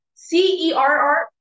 C-E-R-R